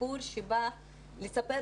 סיפור שבא לספר,